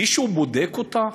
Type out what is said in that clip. מישהו בודק אותה?